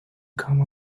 come